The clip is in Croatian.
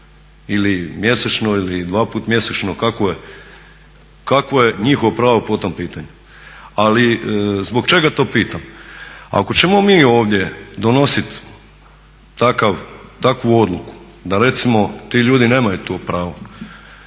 ili mjesečno, ili dva put mjesečno, kakvo je njihovo pravo po tom pitanju? Ali zbog čega to pitam, ako ćemo mi ovdje donosit takvu odluku da recimo ti ljudi nemaju to pravo,